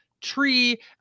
tree